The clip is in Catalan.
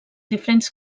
diferents